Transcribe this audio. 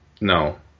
No